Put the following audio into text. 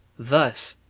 thus,